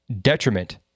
detriment